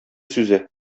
сүзе